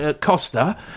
Costa